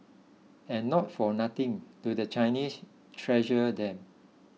and not for nothing do the Chinese treasure them